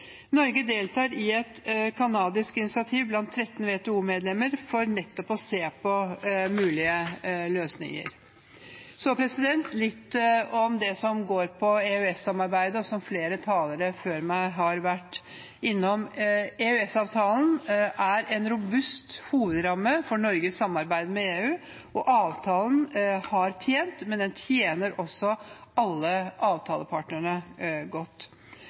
Norge deltar i et kanadisk initiativ blant 13 WTO-medlemmer for nettopp å se på mulige løsninger. Så vil jeg si litt om det som går på EØS-samarbeidet, og som flere talere før meg har vært innom. EØS-avtalen er en robust hovedramme for Norges samarbeid med EU, og avtalen har tjent og tjener alle avtalepartnerne godt.